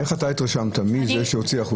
אולי זה הבעל שלה?